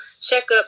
checkup